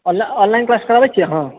online class कराबै छिऐ अहाँ